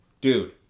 Dude